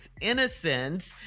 innocence